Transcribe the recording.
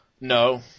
No